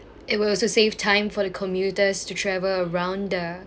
it will also save time for commuters to travel around the